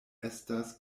estas